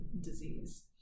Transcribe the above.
disease